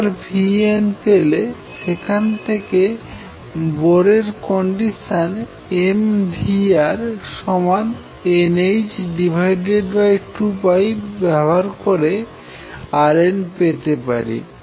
একবার vn পেলে সেখান থেকে বোরের কন্ডিশন mvrnh2π ব্যবহার করে rn পেতে পারি